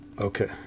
Okay